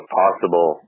possible